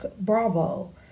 bravo